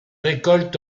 récoltes